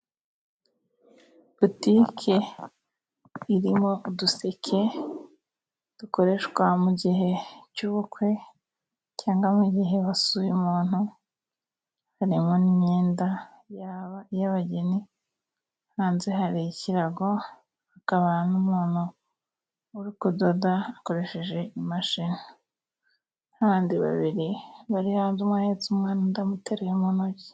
Butike irimo uduseke dukoreshwa mu gihe cy'ubukwe cyangwa mu gihe basuye umuntu. Harimo nimyenda y'abageni ,hanze hari icyirago hakaba n'umuntu uri kudoda akoresheje imashini n'abandi babiri bari hanze umwe ahetse umwana undi amuteruye mu ntoki.